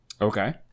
Okay